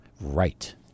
Right